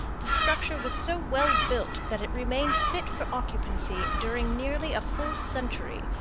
the structure was so well built that it remained fit for occupancy during nearly a full century,